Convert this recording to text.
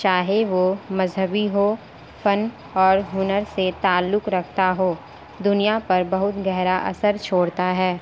چاہے وہ مذہبی ہو فن اور ہنر سے تعلق رکھتا ہو دنیا پر بہت گہرا اثر چھوڑتا ہے